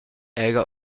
era